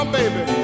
baby